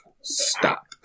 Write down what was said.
Stop